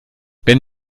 wenn